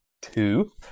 Two